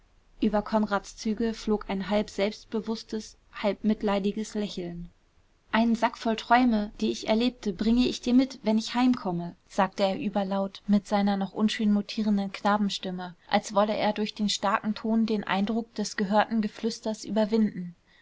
über konrads züge flog ein halb selbstbewußtes halb mitleidiges lächeln einen sack voll träume die ich erlebte bringe ich dir mit wenn ich heimkomme sagte er überlaut mit seiner noch unschön mutierenden knabenstimme als wollte er durch den starken ton den eindruck des gehörten geflüsters überwinden